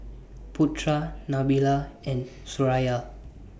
Putra Nabila and Suraya